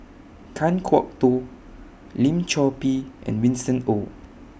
Kan Kwok Toh Lim Chor Pee and Winston Oh